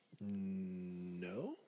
No